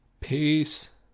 Peace